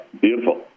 Beautiful